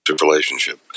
relationship